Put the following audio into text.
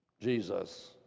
Jesus